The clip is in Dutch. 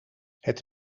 het